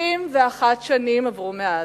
61 שנים עברו מאז,